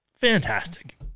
Fantastic